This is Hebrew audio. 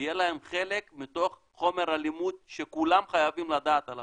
יהיה להם חלק מתוך חומר הלימוד שכולם חייבים לדעת עליו.